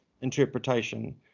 interpretation